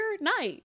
night